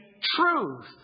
truth